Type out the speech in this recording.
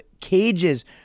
cages